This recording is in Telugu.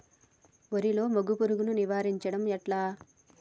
వరిలో మోగి పురుగును నివారించడం ఎట్లా?